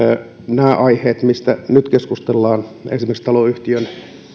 nämä aiheet mistä nyt keskustellaan esimerkiksi taloyhtiön